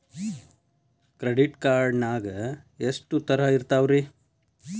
Credit card ನಾಗ ಎಷ್ಟು ತರಹ ಇರ್ತಾವ್ರಿ?